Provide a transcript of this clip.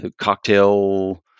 cocktail